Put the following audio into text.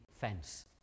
fence